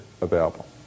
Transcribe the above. available